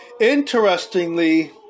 Interestingly